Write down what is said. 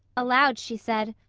aloud she said,